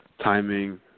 timing